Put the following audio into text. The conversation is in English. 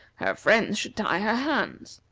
her friends should tie her hands.